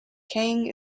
kang